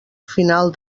final